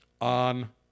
on